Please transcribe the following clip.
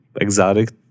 exotic